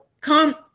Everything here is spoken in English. come